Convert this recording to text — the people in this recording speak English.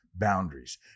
Boundaries